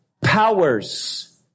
powers